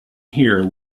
here